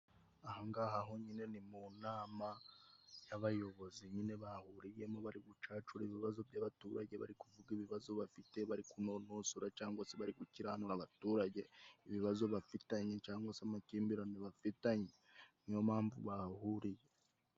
Ahangaha ho nyine ni mu nama y'abayobozi nyine bahuriye mo, bari gucacura ibibazo by'abaturage, bari kuvuga ibibazo bafite, bari kunonosora cyangwa se bari gukiranura abaturage ibibazo bafitanye, cyangwa se amakimbirane bafitanye. Ni yo mpamvu bahahuriye.